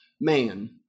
man